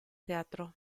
teatro